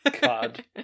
god